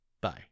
Bye